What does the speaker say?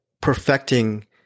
perfecting